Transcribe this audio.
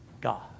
God